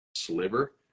sliver